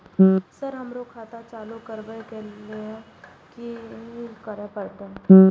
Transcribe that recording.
Sir हमरो खाता चालू करबाबे के ली ये की करें परते?